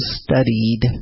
studied